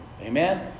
Amen